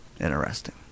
Interesting